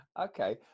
Okay